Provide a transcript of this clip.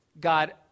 God